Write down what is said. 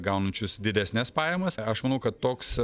gaunančius didesnes pajamas aš manau kad toks